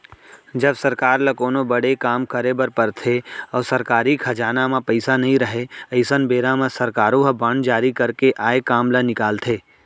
जब सरकार ल कोनो बड़े काम करे बर परथे अउ सरकारी खजाना म पइसा नइ रहय अइसन बेरा म सरकारो ह बांड जारी करके आए काम ल निकालथे